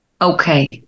okay